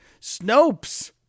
Snopes